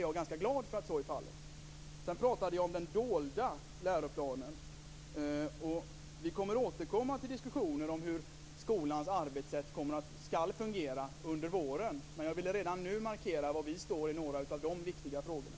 Jag är glad för att så är fallet. Jag pratade om den dolda läroplanen. Vi kommer att återkomma till diskussioner om hur skolan skall fungera under våren. Jag vill redan nu markera hur vi står i de viktiga frågorna.